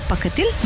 Pakatil